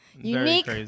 Unique